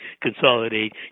consolidate